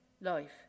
life